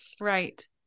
Right